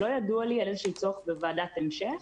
לא ידוע לי על צורך בוועדת המשך.